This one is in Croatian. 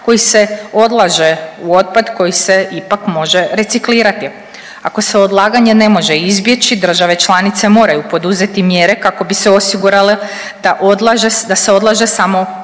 koji se odlaže u otpad koji se ipak može reciklirati. Ako se odlaganje ne može izbjeći države članice moraju poduzeti mjere kako bi se osiguralo da se odlaže samo